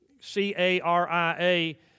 C-A-R-I-A